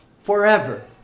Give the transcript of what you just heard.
forever